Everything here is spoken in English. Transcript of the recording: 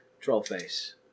Trollface